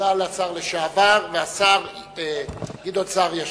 תודה לשר לשעבר, והשר גדעון סער ישיב.